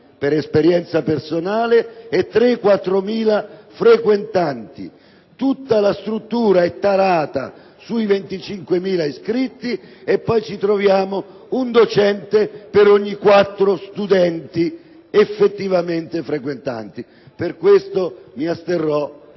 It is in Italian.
per esperienza personale - e 3.000-4.000 frequentanti. L'intera struttura è tarata sui 25.000 iscritti e poi ci troviamo un docente per ogni 4 studenti effettivamente frequentanti. Per questo mi asterrò